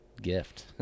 gift